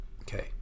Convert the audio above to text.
Okay